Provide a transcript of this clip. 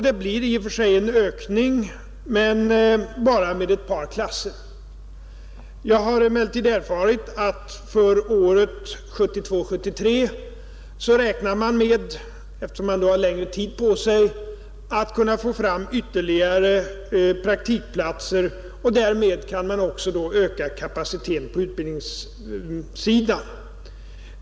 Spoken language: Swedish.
Det blir i och för sig en ökning men bara med ett par platser. Jag har emellertid erfarit att man för året 1972/73 räknar med att kunna få fram ytterligare praktikplatser, och därmed kan man också öka kapaciteten på utbildningssidan.